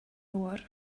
oer